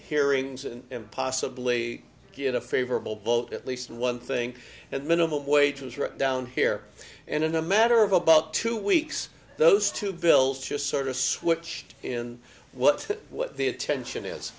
hearings and possibly get a favorable vote at least one thing and minimum wage was right down here and in a matter of about two weeks those two bills just sort of switched in what what the attention is